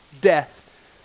death